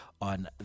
on